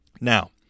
Now